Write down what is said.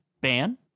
ban